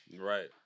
Right